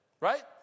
right